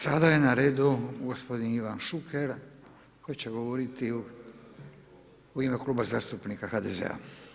Sada je na redu gospodin Ivan Šuker koji će govoriti u ime Kluba zastupnika HDZ-a.